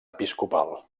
episcopal